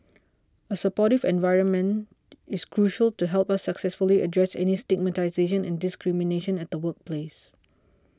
a supportive environment is crucial to help us successfully address any stigmatisation and discrimination at the workplace